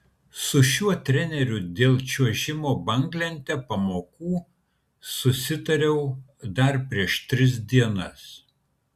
su šiuo treneriu dėl čiuožimo banglente pamokų susitariau dar prieš tris dienas